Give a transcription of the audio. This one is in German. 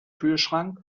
kühlschrank